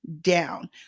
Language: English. down